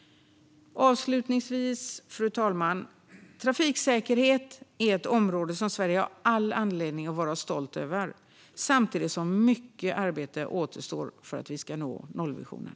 Avslutningsvis: Trafiksäkerhet är ett område som Sverige har all anledning att vara stolt över, samtidigt som mycket arbete återstår för att vi ska nå nollvisionen.